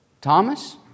Thomas